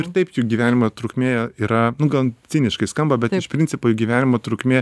ir taip jų gyvenimo trukmė yra nu gan ciniškai skamba bet iš principai jų gyvenimo trukmė